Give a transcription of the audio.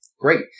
Great